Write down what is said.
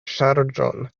ŝarĝon